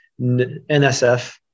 NSF